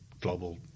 global